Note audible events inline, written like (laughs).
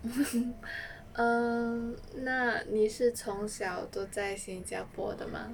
(laughs) err 那你是从小都在新加坡的吗